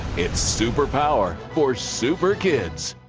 it's super power for super kids.